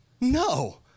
No